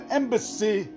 embassy